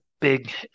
big